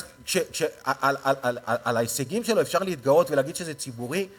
אז על ההישגים שלו אפשר להתגאות ולהגיד שזה ציבורי,